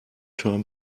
term